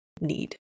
need